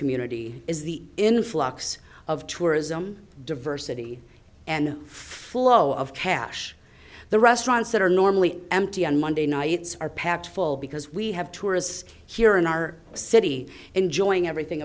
community is the influx of tourism diversity and flow of cash the restaurants that are normally empty on monday nights are packed full because we have tourists here in our city enjoying everything